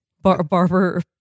barber